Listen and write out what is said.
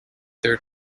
their